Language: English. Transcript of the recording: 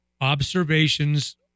observations